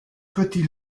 petit